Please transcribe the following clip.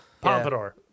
Pompadour